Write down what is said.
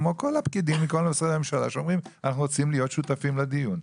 כמו כל הפקידים במשרדי הממשלה שאומרים: אנחנו רוצים להיות שותפים לדיון.